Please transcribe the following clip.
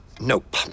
Nope